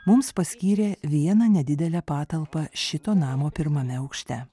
mums paskyrė vieną nedidelę patalpą šito namo pirmame aukšte